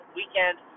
weekend